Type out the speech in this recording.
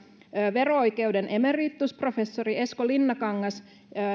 vero oikeuden emeritusprofessori esko linnakangas